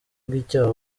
bw’icyaha